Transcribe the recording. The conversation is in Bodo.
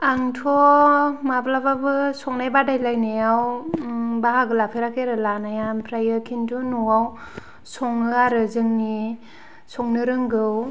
आंथ' माब्लाबाबो संनाय बादायलायनायाव बाहागो लाफेराखै आरो लानाया ओमफ्रायो किन्तु नवाव सङो आरो जोंनि संनो रोंगौ